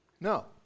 No